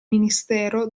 ministero